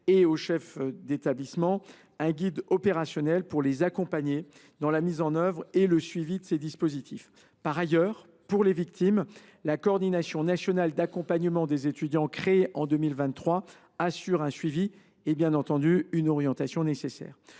et aux chefs d’établissement un guide opérationnel pour les accompagner dans la mise en œuvre et le suivi de ces dispositifs. Par ailleurs, pour les victimes, la Coordination nationale d’accompagnement des étudiantes et des étudiants (Cnaé), créée en 2023, assure un suivi et, bien entendu, une orientation nécessaire.